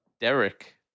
Derek